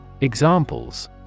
Examples